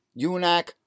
UNAC